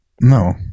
No